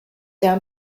down